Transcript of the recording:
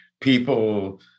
people